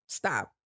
stop